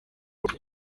rugo